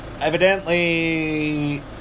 evidently